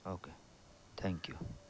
okay thank you